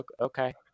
Okay